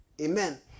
Amen